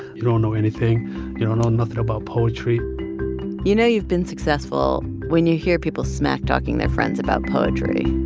you don't know anything. you don't know nothing about poetry you know you've been successful when you hear people smack talking their friends about poetry